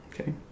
Okay